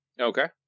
Okay